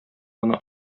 гына